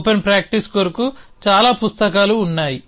open practice కొరకు చాలా పుస్తకాలు ఉన్నాయి